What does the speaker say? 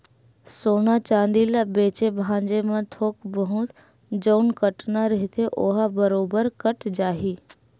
सोना चांदी ल बेंचे भांजे म थोक बहुत जउन कटना रहिथे ओहा बरोबर कट जाही